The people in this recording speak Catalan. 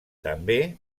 també